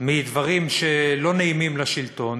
מדברים שלא נעימים לשלטון,